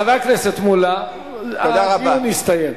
חבר הכנסת מולה, הדיון הסתיים.